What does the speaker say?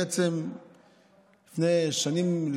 בעצם לפני שנים,